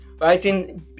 writing